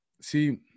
See –